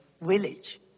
village